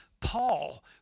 Paul